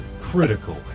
Critical